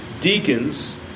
Deacons